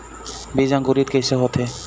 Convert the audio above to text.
बीज अंकुरित कैसे होथे?